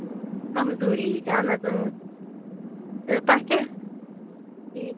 کَمزوٗری ییٚتہِ اَہَن حظ اۭں تہٕ تۄہہِ کیٛاہ ٹھیٖک